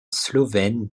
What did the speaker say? slovène